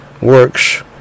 works